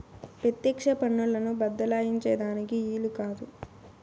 పెత్యెక్ష పన్నులను బద్దలాయించే దానికి ఈలు కాదు